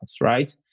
right